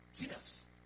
gifts